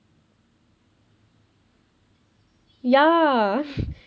ya